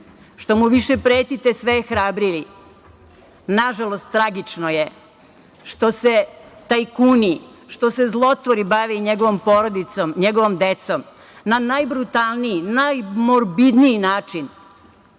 Što mu više pretite, sve je hrabriji. Nažalost, tragično je što se tajkuni, što se zlotvori bave njegovom porodicom, njegovom decom i na najbrutalniji, najmorbidniji način